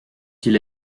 qu’il